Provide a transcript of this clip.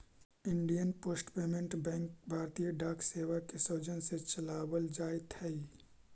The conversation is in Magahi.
इंडियन पोस्ट पेमेंट बैंक भारतीय डाक सेवा के सौजन्य से चलावल जाइत हइ